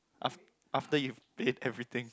af~ after you plan everything